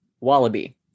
wallaby